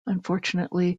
unfortunately